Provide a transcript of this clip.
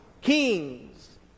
kings